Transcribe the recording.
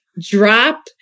drop